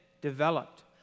developed